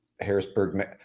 Harrisburg